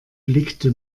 blickte